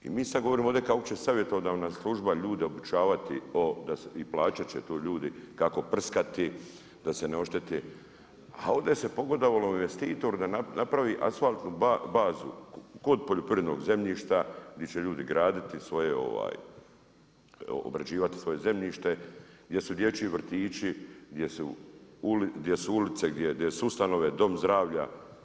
I mi sada ovdje govorimo kako će savjetodavna služba ljude obučavati i plaćat će to ljudi kako prskati da se ne ošteti, a ovdje se pogodovalo investitoru da napravi asfaltnu bazu kod poljoprivrednog zemljišta gdje će ljudi obrađivati svoje zemljište, gdje su dječji vrtići, gdje su ulice, gdje su ustanove, dom zdravlja.